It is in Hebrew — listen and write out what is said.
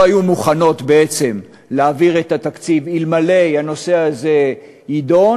לא היו מוכנות בעצם להעביר את התקציב אלא אם הנושא הזה יידון